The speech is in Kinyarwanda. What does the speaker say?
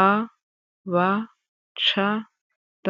a, b, c, d.